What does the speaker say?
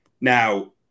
Now